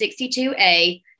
62A